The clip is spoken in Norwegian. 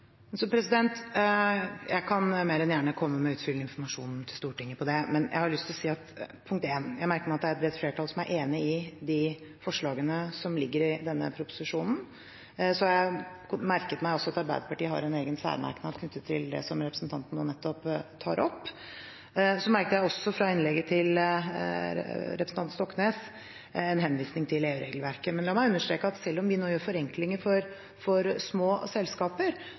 Jeg kan mer enn gjerne komme med utfyllende informasjon til Stortinget om det, men jeg har lyst til å si: Jeg merker meg at det er et bredt flertall som er enig i de forslagene som ligger i denne proposisjonen. Så har jeg også merket meg at Arbeiderpartiet har en egen særmerknad knyttet til det som representanten nå nettopp tar opp. Så merket jeg også fra innlegget til representanten Stoknes en henvisning til EU-regelverket. Men la meg understreke at selv om vi nå gjør forenklinger for små